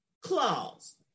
claws